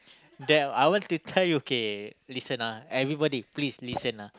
there I want to try okay listen ah everybody please listen ah